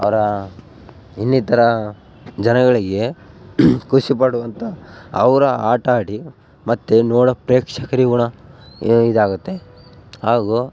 ಅವ್ರ ಇನ್ನಿತರ ಜನಗಳಿಗೆ ಖುಷಿ ಪಡುವಂಥ ಅವರ ಆಟ ಆಡಿ ಮತ್ತು ನೋಡೋ ಪ್ರೇಕ್ಷಕರಿಗೂ ಇದಾಗುತ್ತೆ ಹಾಗು